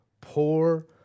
poor